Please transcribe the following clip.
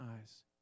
eyes